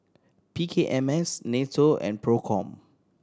P K M S NATO and Procom